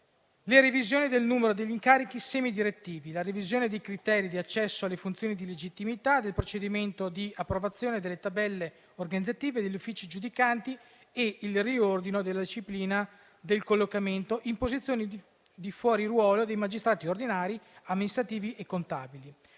le revisioni del numero degli incarichi semidirettivi, la revisione dei criteri di accesso alle funzioni di legittimità, del procedimento di approvazione delle tabelle organizzative e degli uffici giudicanti e il riordino della disciplina del collocamento in posizioni di fuori ruolo dei magistrati ordinari amministrativi e contabili,